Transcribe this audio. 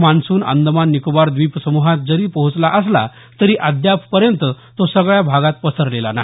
monsoon Andaman Nicobar द्वीपसमुहात जरी पोहोचला असला तरी अद्यापर्यंत तो सगळ्या भागात पसरला नाही